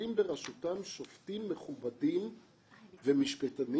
יושבים בראשותם שופטים מכובדים ומשפטנים